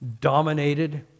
dominated